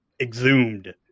Exhumed